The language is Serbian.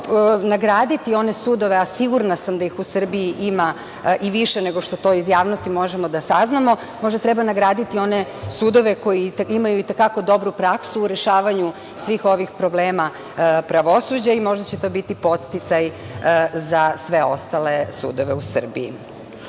trebalo nagraditi one sudove, a sigurna sam da ih u Srbiji ima i više nego što to iz javnosti možemo da saznamo, možda treba nagraditi one sudove koji imaju i te kako dobru praksu u rešavanju svih ovih problema pravosuđa i možda će to biti podsticaj za sve ostale sudove u Srbiji. Što